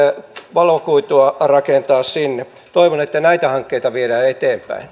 valokuitua rakentaa sinne toivon että näitä hankkeita viedään eteenpäin